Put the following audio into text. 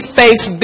face